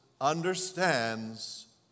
understands